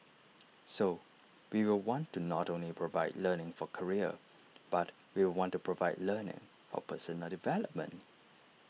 so we will want to not only provide learning for career but we want to provide learning for personal development